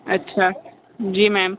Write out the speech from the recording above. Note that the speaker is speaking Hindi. अच्छा जी मैम